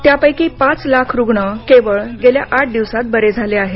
त्यापैकी पाच लाख रुग्ण केवळ गेल्या आठ दिवसात बरे झाले आहे